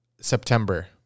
September